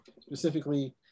specifically